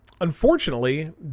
Unfortunately